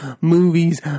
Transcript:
movies